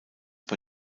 bei